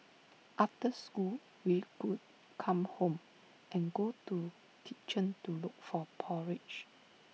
after school we could come home and go to kitchen to look for porridge